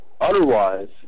otherwise